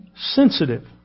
sensitive